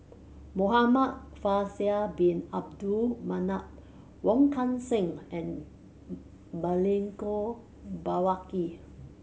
Muhamad Faisal Bin Abdul Manap Wong Kan Seng and Milenko Prvacki